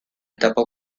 etapa